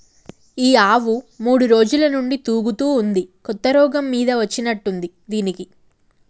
ఈ ఆవు మూడు రోజుల నుంచి తూగుతా ఉంది కొత్త రోగం మీద వచ్చినట్టుంది దీనికి